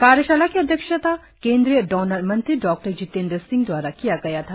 कार्यशाला की अध्यक्षता केंद्रीय डॉनर मंत्री डॉ जितेंद्र सिंह द्वारा किया गया था